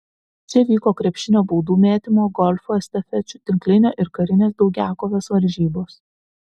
čia vyko krepšinio baudų mėtymo golfo estafečių tinklinio ir karinės daugiakovės varžybos